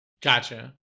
gotcha